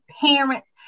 parents